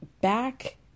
back